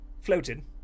Floated